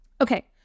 Okay